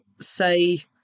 say